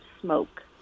smoke